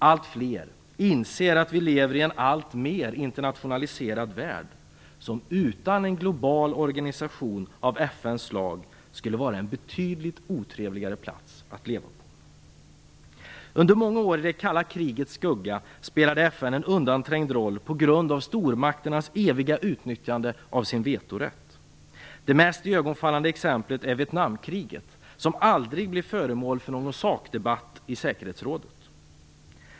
Allt fler inser att vi lever i en alltmer internationaliserad värld, som utan en global organisation av FN:s slag skulle vara en betydligt otrevligare plats att leva på. Under många år i det kalla krigets skugga spelade FN en undanträngd roll på grund av stormakternas eviga utnyttjande av sin vetorätt. Det mest iögonfallande exemplet är Vietnamkriget, som aldrig blev föremål för någon sakdebatt i säkerhetsrådet.